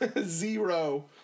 Zero